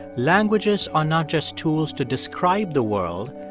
languages are not just tools to describe the world.